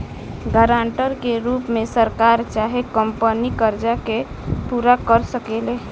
guarantor के रूप में सरकार चाहे कंपनी कर्जा के पूरा कर सकेले